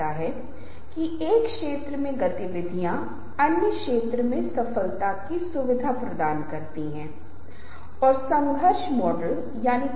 इसलिए यह बहुत महत्वपूर्ण अहंकार भागीदारी है अगला अंक है जिसे हमें स्वयं के मुख्य मूल्यों पर ध्यान देने की आवश्यकता है जो मुझे पसंद है जो मुझे नापसंद है हम पहले से ही उस बारे में बात कर चुके हैं जब हमने मूल्यों और सभी के बारे में बात की थी